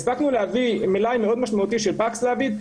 הספקנו להביא מלאי מאוד משמעותי של פקסלוביד.